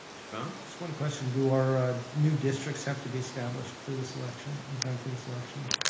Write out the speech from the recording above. mr. baum? just one question, do our new districts have to be established for this election? in time for this election?